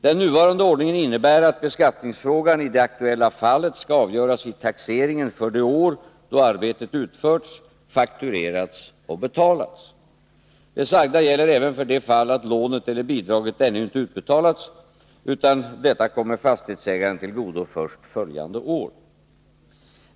Den nuvarande ordningen innebär att beskattningsfrågan i det aktuella fallet skall avgöras vid taxeringen för det år då arbetet utförts, fakturerats och betalats. Det sagda gäller även för det fall att lånet eller bidraget ännu inte utbetalats, utan detta kommer fastighetsägaren till godo först följande år.